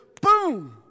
boom